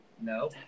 No